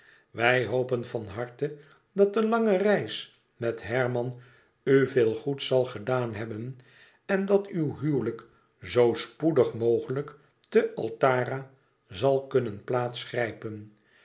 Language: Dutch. wij hopen van harte dat de lange reis met herman u veel goed zal gedaan hebben en dat uw huwelijk zoo spoedig mogelijk te altara zal kunnen plaats grijpen